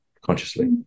consciously